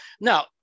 now